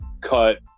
cut